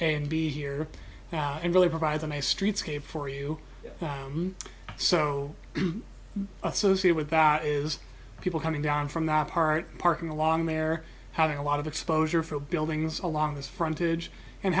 and be here now and really provide them a streetscape for you so associate with that is people coming down from that part parking along there having a lot of exposure for buildings along this front age and